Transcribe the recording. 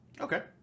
Okay